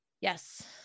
Yes